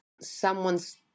someone's